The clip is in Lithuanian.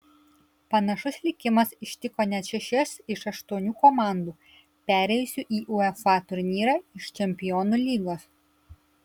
panašus likimas ištiko net šešias iš aštuonių komandų perėjusių į uefa turnyrą iš čempionų lygos